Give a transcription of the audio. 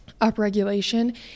upregulation